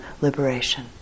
liberation